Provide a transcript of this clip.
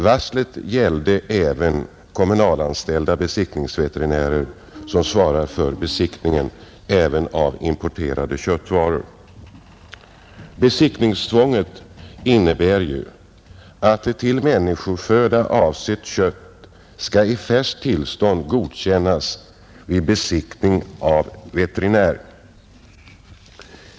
Varslet gällde också kommunalanställda besiktningsveterinärer, som svarar för besiktning även av importerade köttvaror. Besiktningstvånget innebär att till människoföda avsett kött skall i färskt tillstånd godkännas vid besiktning av veterinär.